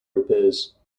repairs